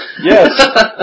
Yes